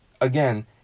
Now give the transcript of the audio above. again